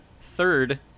third